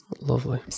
Lovely